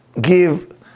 give